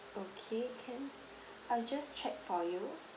okay can I'll just check for you